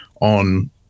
on